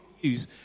use